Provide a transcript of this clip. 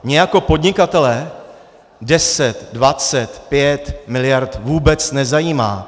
Mě jako podnikatele 10, 20, 5 miliard vůbec nezajímá.